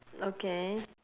okay